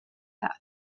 half